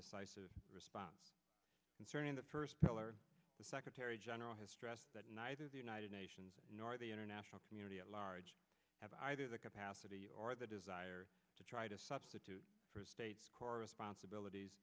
decisive response concerning the first pillar the secretary general has stressed that neither the united nations nor the international community at large have either the capacity or the desire to try to substitute state corresponds abilities